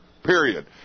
period